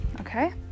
okay